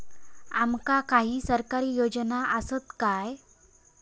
आमका काही सरकारी योजना आसत काय?